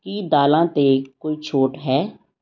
ਕੀ ਦਾਲਾਂ 'ਤੇ ਕੋਈ ਛੋਟ ਹੈ